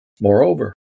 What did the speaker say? Moreover